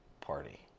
party